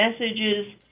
messages